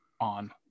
on